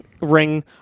ring